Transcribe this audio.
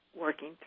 working